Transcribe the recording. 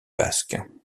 basque